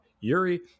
yuri